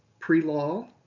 pre-law,